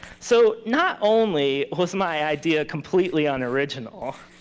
so not only was my idea completely unoriginal,